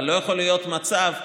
אבל לא יכול להיות מצב ששר,